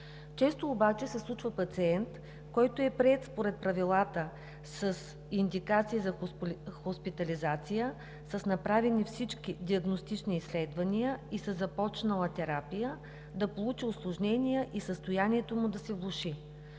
Често обаче се случва пациент, който е приет според правилата с индикации за хоспитализация, с направени всички диагностични изследвания и със започнала терапия, да получи усложнения и състоянието му да се влоши.